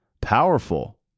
powerful